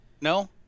no